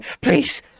please